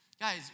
Guys